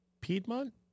Piedmont